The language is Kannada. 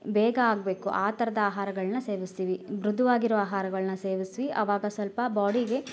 ಬೇಗ ಆಗಬೇಕು ಆ ಥರದ ಆಹಾರಗಳನ್ನ ಸೇವಿಸ್ತೀವಿ ಮೃದುವಾಗಿರೋ ಆಹಾರಗಳನ್ನ ಸೇವಿಸಿ ಅವಾಗ ಸ್ವಲ್ಪ ಬಾಡಿಗೆ